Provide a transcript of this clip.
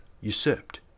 usurped